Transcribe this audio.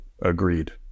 Agreed